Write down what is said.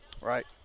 Right